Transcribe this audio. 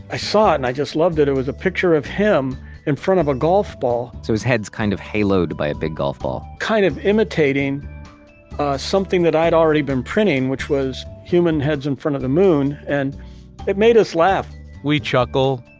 i saw it and i just loved it, it was a picture of him in front of a golf ball. so his head's kind of haloed by a big golf ball. kind of imitating something that i'd already been printing, which was human heads in front of the moon, and it made us laugh we chuckle.